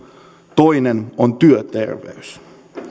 toinen on työterveys